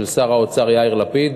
של שר האוצר יאיר לפיד,